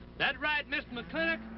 that right, mr. mclintock?